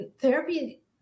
therapy